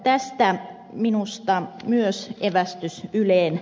tästä minusta myös evästys yleen